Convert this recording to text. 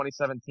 2017